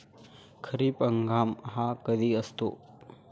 खरीप हंगाम हा कधी असतो?